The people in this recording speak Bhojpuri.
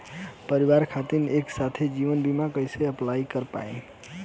परिवार खातिर एके साथे जीवन बीमा कैसे अप्लाई कर पाएम?